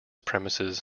premises